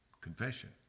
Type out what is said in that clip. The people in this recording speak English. confession